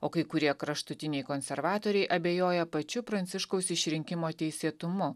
o kai kurie kraštutiniai konservatoriai abejoja pačiu pranciškaus išrinkimo teisėtumu